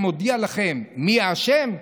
מודיע לכם: מי האשם?